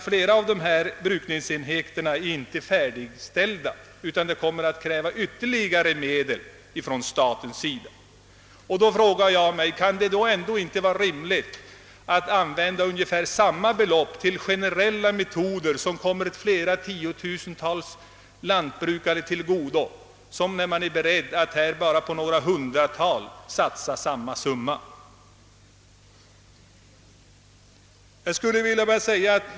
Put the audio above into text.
Flera av brukningsenheterna är inte färdigställda. Därför kommer det att krävas ytterligare medel från statens sida. Men när man nu är beredd att satsa sådana belopp på några hundra företagare, vore det inte rimligt då att använda ungefär samma summa på generella metoder, som kommer flera tusentals jordbrukare till godo?